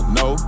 no